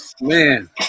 man